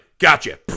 gotcha